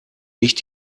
nicht